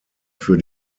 für